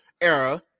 era